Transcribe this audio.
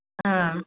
ஆ